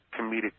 comedic